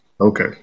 Okay